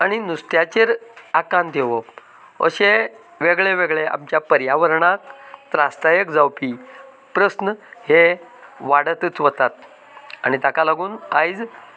आनी नुस्त्याचेर आकांत येवप अशें वेगळें वेगळें आमच्या पर्यावरणाक त्रायदायक जावपी प्रस्न हे वाडतच वतात आनी ताका लागून आयज